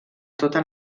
tota